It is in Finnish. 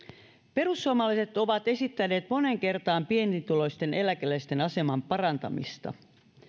perussuomalaiset ovat esittäneet moneen kertaan pienituloisten eläkeläisten aseman parantamista